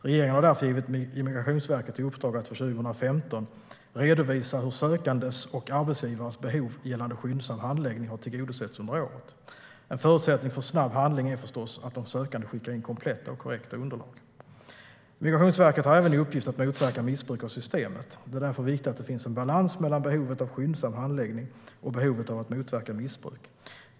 Regeringen har därför givit Migrationsverket i uppdrag att för 2015 redovisa hur sökandes och arbetsgivares behov gällande skyndsam handläggning har tillgodosetts under året. En förutsättning för snabb handläggning är förstås att de sökande skickar in kompletta och korrekta underlag. Migrationsverket har även i uppgift att motverka missbruk av systemet. Det är därför viktigt att det finns en balans mellan behovet av skyndsam handläggning och behovet av att motverka missbruk.